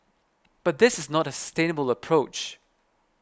but this is not a sustainable approach